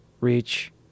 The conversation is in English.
reach